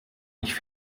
nicht